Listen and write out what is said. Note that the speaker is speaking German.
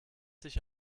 sich